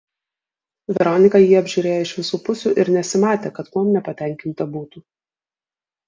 veronika jį apžiūrėjo iš visų pusių ir nesimatė kad kuom nepatenkinta būtų